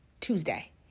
tuesday